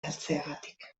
galtzegatik